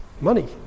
Money